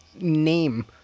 name